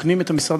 החוק,